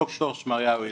ד"ר שמריהו הלל.